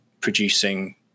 producing